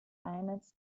eines